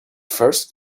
first